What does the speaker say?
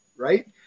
right